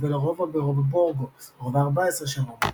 גובל הרובע ברובע בורגו – הרובע ה-14 של רומא.